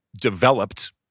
developed